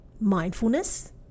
Mindfulness